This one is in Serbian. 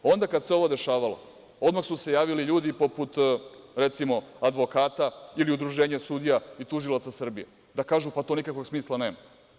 Onda, kada se ovo dešavalo odmah su se javili ljudi poput, recimo, advokata ili udruženja sudija i tužilaca Srbije da kažu – To nikakvog smisla nema.